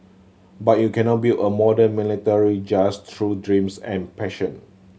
but you cannot build a modern military just through dreams and passion